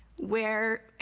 where?